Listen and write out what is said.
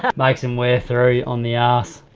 makes them wear through on the ass.